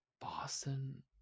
Boston